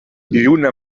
lluna